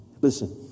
listen